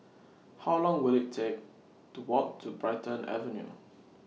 How Long Will IT Take to Walk to Brighton Avenue